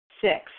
Six